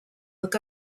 look